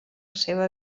seva